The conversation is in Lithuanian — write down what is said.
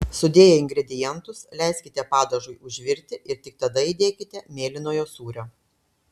sudėję ingredientus leiskite padažui užvirti ir tik tada įdėkite mėlynojo sūrio